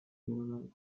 mennonite